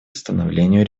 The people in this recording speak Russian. восстановлению